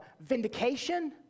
vindication